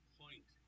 point